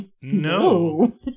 No